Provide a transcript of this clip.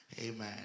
Amen